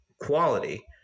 quality